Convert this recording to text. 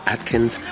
Atkins